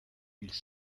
ils